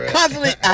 Constantly